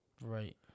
Right